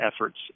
efforts